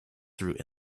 through